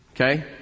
Okay